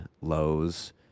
lows